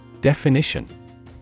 Definition